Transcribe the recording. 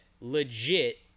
legit